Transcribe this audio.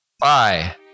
Bye